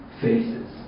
faces